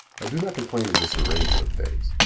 i do not complain of this arrangement of things.